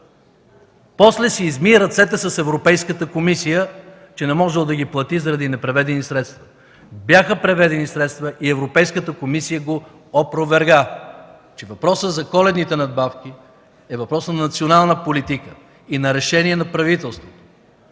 После си изми ръцете с Европейската комисия, че не можел да ги плати заради непреведени средства. Бяха преведени средства и Европейската комисия го опроверга – че въпросът за коледните надбавки, е въпрос на национална политика и на решение на правителството.